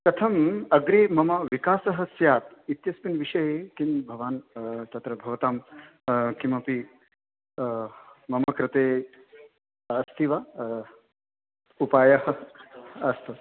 कथम् अग्रे मम विकासः स्यात् इत्यस्मिन् विषये किं भवान् तत्र भवतां किमपि मम कृते अस्ति वा उपाय अस्तु